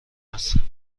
هستم